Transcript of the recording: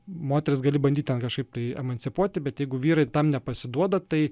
moteris gali bandyti ten kažkaip tai emancipuoti bet jeigu vyrai tam nepasiduoda tai